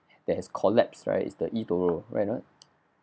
that has collapsed right is the eToro right or not